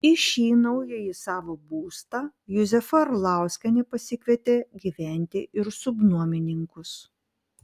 į šį naująjį savo būstą juzefa arlauskienė pasikvietė gyventi ir subnuomininkus